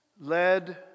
led